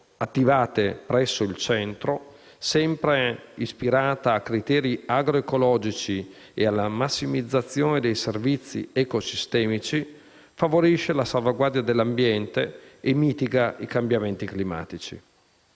attivate presso il centro, sempre ispirata a criteri agro-ecologici e alla massimizzazione dei servizi eco-sistemici, favorisce la salvaguardia dell'ambiente e mitiga i cambiamenti climatici.